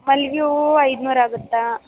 ಮಲ್ಲಿಗೆ ಹೂವು ಐದ್ನೂರು ಆಗುತ್ತೆ